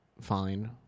fine